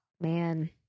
man